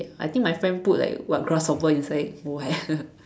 I think my friend put like what grasshopper inside !wow!